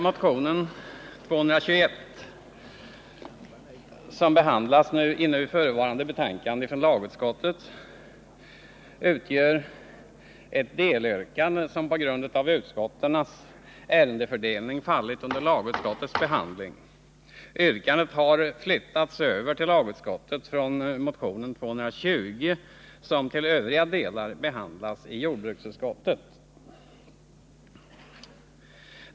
Motionen 221 som behandlas i nu förevarande betänkande från lagutskottet utgör ett delyrkande som på grund av utskottens ärendefördelning fallit under lagutskottets behandling. Yrkandet har flyttats över till lagutskottet från motionen 220 som till övriga delar behandlas i jordbruksutskottet.